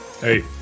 hey